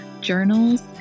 journals